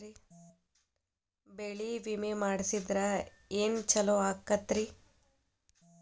ಬೆಳಿ ವಿಮೆ ಮಾಡಿಸಿದ್ರ ಏನ್ ಛಲೋ ಆಕತ್ರಿ?